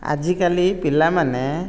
ଆଜିକାଲି ପିଲାମାନେ